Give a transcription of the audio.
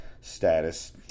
status